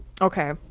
Okay